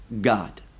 God